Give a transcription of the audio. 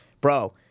Bro